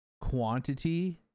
quantity